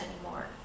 anymore